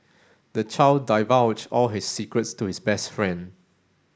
the child divulged all his secrets to his best friend